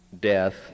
death